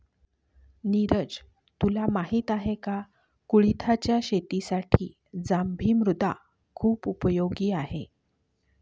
निरज तुला माहिती आहे का? कुळिथच्या शेतीसाठी जांभी मृदा खुप उपयोगी आहे